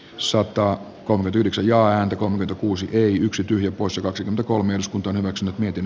sotaa kun pyydyksen ja omitukuusikö yksi tyhjä poissa kaksi kolme iskut on hyväksynyt myytin